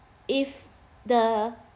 if the